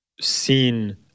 seen